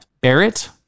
Barrett